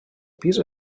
pis